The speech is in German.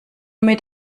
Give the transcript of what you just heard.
mit